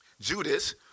Judas